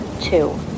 two